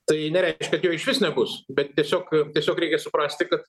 tai nereiškia išvis nebus bet tiesiog tiesiog reikia suprasti kad